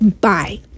Bye